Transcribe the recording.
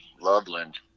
Loveland